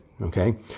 Okay